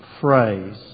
phrase